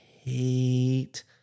hate